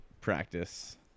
practice